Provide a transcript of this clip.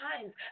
times